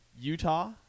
Utah